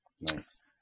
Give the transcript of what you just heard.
Nice